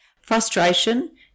frustration